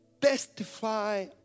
testify